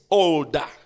older